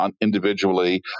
individually